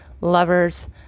lovers